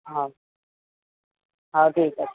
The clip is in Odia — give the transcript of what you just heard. ହଉ ହଉ ଠିକ୍ ଅଛି